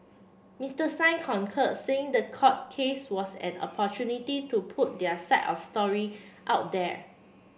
Mister Singh concur saying the court case was an opportunity to put their side of the story out there